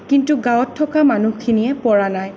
কিন্তু গাঁৱত থকা মানুহখিনিয়ে পৰা নাই